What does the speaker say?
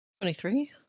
Twenty-three